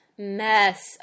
mess